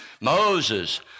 Moses